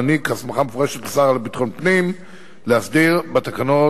המעניק הסמכה מפורשת לשר לביטחון הפנים להסדיר בתקנות